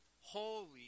holy